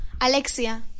Alexia